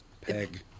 Peg